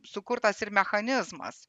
sukurtas ir mechanizmas